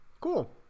cool